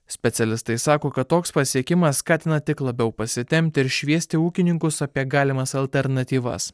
specialistai sako kad toks pasiekimas skatina tik labiau pasitempti ir šviesti ūkininkus apie galimas alternatyvas